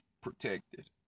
protected